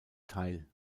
teil